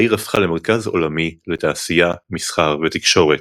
העיר הפכה למרכז עולמי לתעשייה, מסחר, ותקשורת.